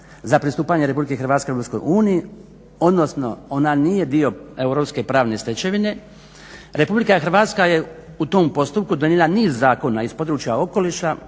za pristupanje RH EU, odnosno ona nije dio europske pravne stečevine. RH je u tom postupku donijela niz zakona iz područja okoliša,